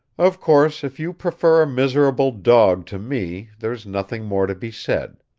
of course if you prefer a miserable dog to me, there's nothing more to be said.